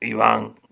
Ivan